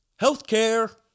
Healthcare